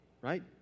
Right